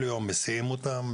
שמסיעים אותם כל יום